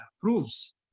proves